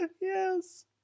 yes